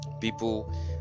people